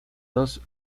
dos